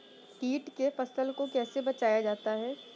कीट से फसल को कैसे बचाया जाता हैं?